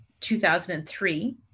2003